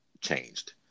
changed